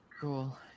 Cool